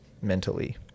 mentally